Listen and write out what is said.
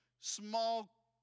small